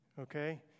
Okay